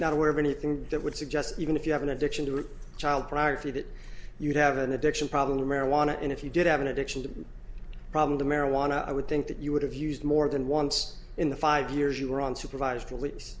not aware of anything that would suggest even if you have an addiction to child pornography that you have an addiction problem marijuana and if you did have an addiction problem the marijuana i would think that you would have used more than once in the five years you were on supervised